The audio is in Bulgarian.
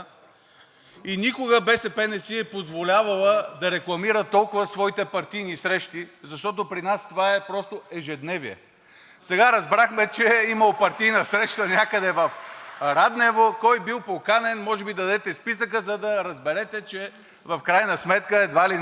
Никога БСП не си е позволявала да рекламира толкова своите партийни срещи, защото при нас това е просто ежедневие. Сега разбрахме, че имало партийна среща някъде в Раднево – кой бил поканен, може би да дадете списъка, за да разберете, че в крайна сметка едва ли не